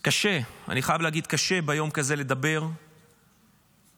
קשה, אני חייב להגיד, קשה לדבר ביום כזה,